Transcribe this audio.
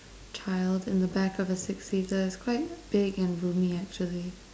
child in a back of a six seater is quite big and roomy actually